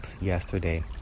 yesterday